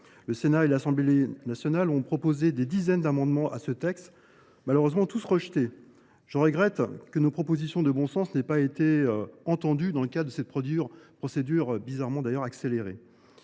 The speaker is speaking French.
Le Sénat et l’Assemblée nationale ont proposé des dizaines d’amendements à ce texte ; malheureusement, tous ont été rejetés. Je regrette que nos propositions de bon sens n’aient pas été entendues dans le cadre d’une procédure bizarrement accélérée.